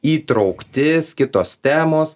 įtrauktis kitos temos